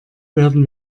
werden